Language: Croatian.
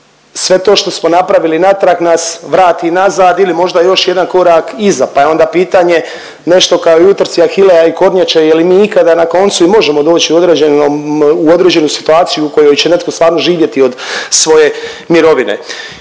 sve to što smo napravili natrag nas vrati nazad ili možda još jedan korak iza, pa je onda pitanje nešto kao u utrci Ahilea i kornjače. Je li mi ikada na koncu i možemo doći u određenu situaciju u kojoj će netko stvarno živjeti od svoje mirovine.